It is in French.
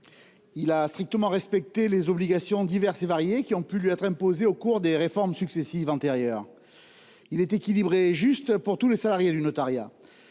Il a strictement respecté les obligations diverses et variées qui ont pu lui être imposées au cours des réformes antérieures successives. Il est équilibré et juste pour tous les salariés du notariat.